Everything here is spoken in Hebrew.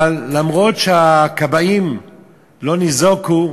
ואומנם הכבאים לא ניזוקו,